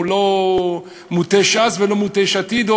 הוא לא מוטה ש"ס ולא מוטה יש עתיד,